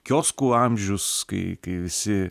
kioskų amžius kai kai visi